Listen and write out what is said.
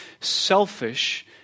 selfish